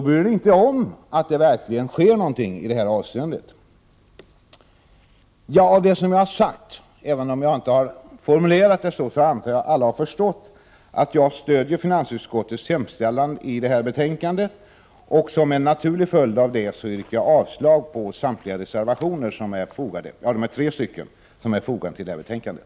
— bryr ni er inte om att det verkligen sker någonting i detta avseende. Herr talman! Av det jag har sagt antar jag att alla har förstått att jag, även om jag inte formulerat det exakt så, stödjer finansutskottets hemställan i detta betänkande. En naturlig följd av detta är att jag yrkar avslag på samtliga tre reservationer som är fogade till betänkandet.